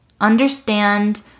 understand